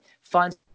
find